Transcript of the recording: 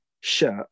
shirt